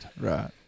right